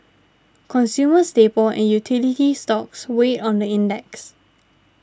consumer staple and utility stocks weighed on the index